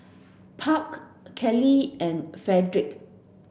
Park Kelli and Fredric